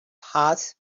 hearts